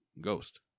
Ghost